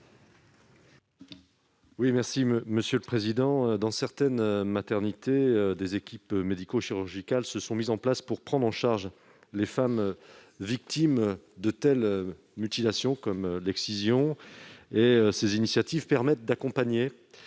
à M. Stéphane Le Rudulier. Dans certaines maternités, des équipes médico-chirurgicales se sont mises en place pour prendre en charge les femmes victimes de mutilations comme l'excision. Ces initiatives permettent d'accompagner